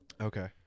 Okay